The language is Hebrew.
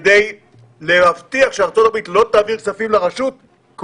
לכן, כדי שצה"ל יעשה את זה, זה חייב להיות מיידי.